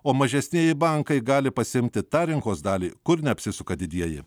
o mažesnieji bankai gali pasiimti tą rinkos dalį kur neapsisuka didieji